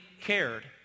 cared